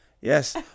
yes